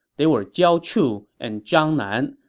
they were jiao chu and zhang nan,